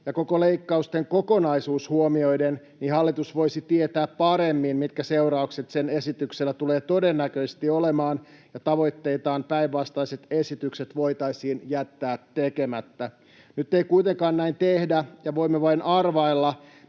koko leikkausten kokonaisuus huomioiden, hallitus voisi tietää paremmin, mitkä seuraukset sen esityksellä tulee todennäköisesti olemaan ja tavoitteisiin nähden päinvastaiset esitykset voitaisiin jättää tekemättä. Nyt ei kuitenkaan näin tehdä, ja voimme vain arvailla,